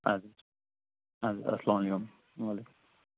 اَدٕ حظ اَدٕ حظ اَلسلامُ علیکُم وعلیکُم